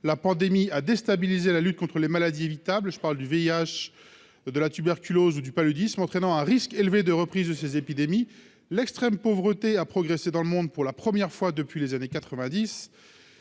la pandémie a déstabilisé la lutte contre les maladies évitables, je parle du VIH de la tuberculose ou du paludisme, entraînant un risque élevé de reprise de ces épidémies, l'extrême pauvreté a progressé dans le monde, pour la première fois depuis les années 90